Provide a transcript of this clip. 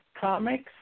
comics